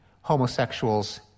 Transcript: homosexuals